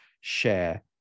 share